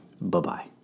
Bye-bye